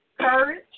courage